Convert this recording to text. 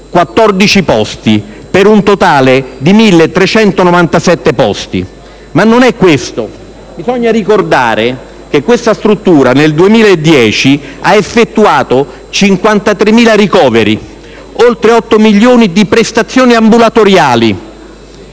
letto, per un totale di 1.397 posti letto. Ma non è solo questo. Bisogna ricordare che questa struttura nel 2010 ha effettuato 53.000 ricoveri, oltre 8 milioni di prestazioni ambulatoriali,